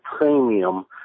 premium